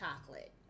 chocolate